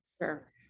Sure